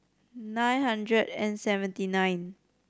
nine hundred and seventy nine